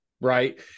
right